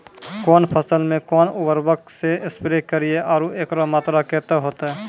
कौन फसल मे कोन उर्वरक से स्प्रे करिये आरु एकरो मात्रा कत्ते होते?